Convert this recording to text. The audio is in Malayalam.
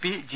P G